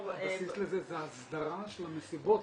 הבסיס לזה הוא הסדרה של המסיבות,